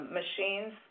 machines